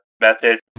methods